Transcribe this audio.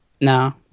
No